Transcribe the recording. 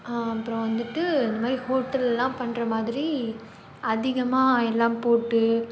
அப்பறோம் வந்துட்டு இந்த மாதிரி ஹோட்டல்லாம் பண்ணுற மாதிரி அதிகமாக எல்லாம் போட்டு